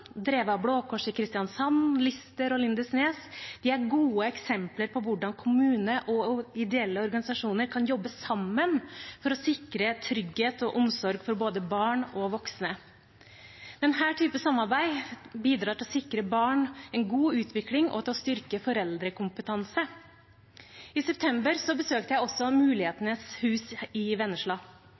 drevet av Blå Kors i Kristiansand, Lister og Lindesnes er gode eksempler på hvordan kommuner og ideelle organisasjoner kan jobbe sammen for å sikre trygghet og omsorg for både barn og voksne. Denne typen samarbeid bidrar til å sikre barn en god utvikling og til å styrke foreldrekompetansen. I september besøkte jeg også Mulighetenes hus i Vennesla.